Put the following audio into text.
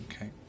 Okay